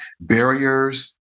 barriers